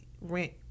rent